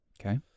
Okay